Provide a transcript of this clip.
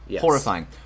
Horrifying